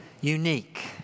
unique